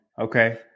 Okay